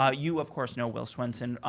ah you, of course, know will swenson.